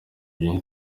byinshi